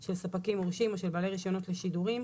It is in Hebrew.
של ספקים מורשים או של בעלי רישיונות לשידורים,